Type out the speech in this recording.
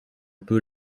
peut